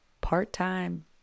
part-time